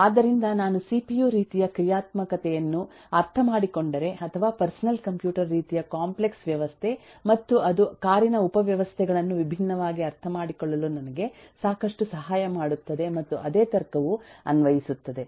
ಆದ್ದರಿಂದ ನಾನು ಸಿಪಿಯು ರೀತಿಯ ಕ್ರಿಯಾತ್ಮಕತೆಯನ್ನು ಅರ್ಥಮಾಡಿಕೊಂಡರೆ ಅಥವಾ ಪರ್ಸನಲ್ ಕಂಪ್ಯೂಟರ್ ರೀತಿಯ ಕಾಂಪ್ಲೆಕ್ಸ್ ವ್ಯವಸ್ಥೆ ಮತ್ತು ಅದು ಕಾರಿನ ಉಪವ್ಯವಸ್ಥೆಗಳುನ್ನು ವಿಭಿನ್ನವಾಗಿ ಅರ್ಥಮಾಡಿಕೊಳ್ಳಲು ನನಗೆ ಸಾಕಷ್ಟು ಸಹಾಯ ಮಾಡುತ್ತದೆ ಮತ್ತು ಅದೇ ತರ್ಕವು ಅನ್ವಯಿಸುತ್ತದೆ